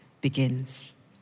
begins